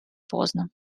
поздно